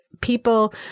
people